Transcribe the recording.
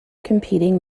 competing